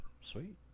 sweet